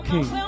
King